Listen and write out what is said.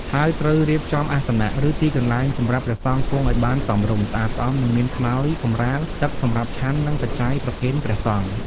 ហើយត្រូវរៀបចំអាសនៈ ឬទីកន្លែងសម្រាប់ព្រះសង្ឃគង់ឲ្យបានសមរម្យ ស្អាតស្អំ និងមានខ្នើយ កម្រាល ទឹកសម្រាប់ឆាន់ និងបច្ច័យប្រគេនព្រះសង្ឃ។